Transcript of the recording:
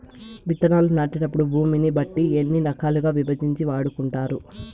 విత్తనాలు నాటేటప్పుడు భూమిని బట్టి ఎన్ని రకాలుగా విభజించి వాడుకుంటారు?